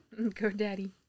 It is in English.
GoDaddy